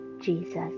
Jesus